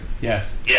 Yes